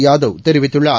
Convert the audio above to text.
யாதவ் தெரிவித்துள்ளார்